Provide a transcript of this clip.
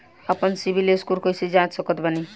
आपन CIBIL score कैसे जांच सकत बानी?